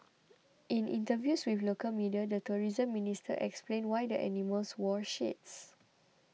in interviews with local media the tourism minister explained why the animals wore shades